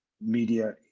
media